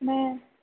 नहि